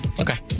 Okay